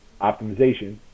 optimization